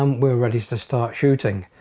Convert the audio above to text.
um we're ready to start shooting.